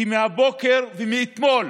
כי מהבוקר ומאתמול